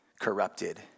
corrupted